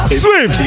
swim